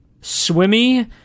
Swimmy